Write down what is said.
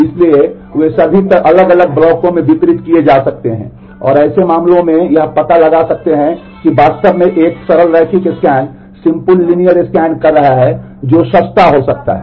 इसलिए वे सभी अलग अलग ब्लॉकों में वितरित किए जा सकते हैं और ऐसे मामलों में यह पता चल सकता है कि वास्तव में एक सरल रैखिक स्कैन कर रहा है जो सस्ता हो सकता है